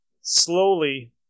slowly